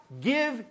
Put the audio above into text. give